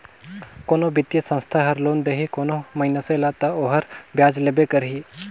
कोनो बित्तीय संस्था हर लोन देही कोनो मइनसे ल ता ओहर बियाज लेबे करही